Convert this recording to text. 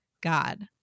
God